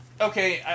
Okay